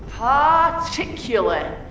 Particular